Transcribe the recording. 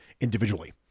individually